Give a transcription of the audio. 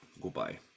Goodbye